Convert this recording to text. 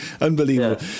Unbelievable